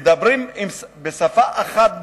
מדברים בשפה אחת בלבד,